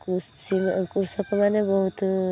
କୃଷି କୃଷକ ମାନେ ବହୁତ